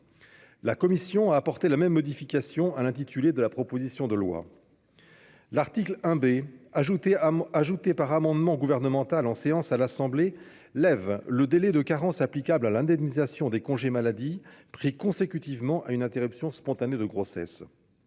La commission a apporté la même modification à l'intitulé de la proposition de loi. L'article 1 B, ajouté par amendement gouvernemental en séance à l'Assemblée nationale, supprime le délai de carence applicable à l'indemnisation des congés maladie pris consécutivement à une interruption spontanée de grossesse.